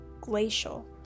glacial